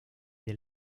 del